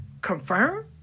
confirm